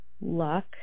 luck